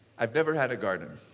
i've never had a garden.